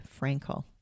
Frankel